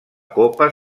copa